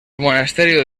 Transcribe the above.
monasterio